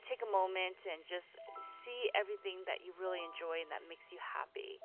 take a moment and just see everything that you really enjoy and that makes you happy.